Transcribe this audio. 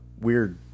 weird